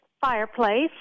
fireplace